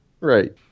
Right